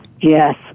Yes